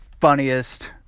funniest